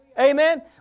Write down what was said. Amen